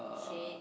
shades